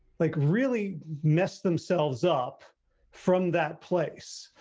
like really mess themselves up from that place.